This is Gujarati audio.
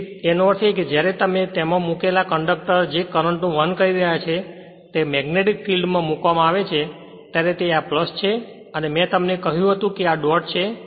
તેથી તેનો અર્થ એ કે જ્યારે તેમાં મૂકેલા કંડક્ટર જે કરંટ નું વહન કરી રહ્યા છે તે મેગ્નેટીક ફિલ્ડ માં મૂકવામાં આવે છે ત્યારે તે આ છે અને મેં તમને કહ્યું હતું તે આ ડોટ છે